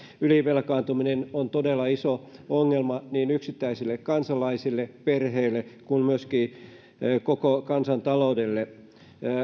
ylivelkaantuminen on todella iso ongelma niin yksittäisille kansalaisille perheille kuin myöskin koko kansantaloudelle